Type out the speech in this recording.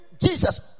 Jesus